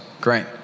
Great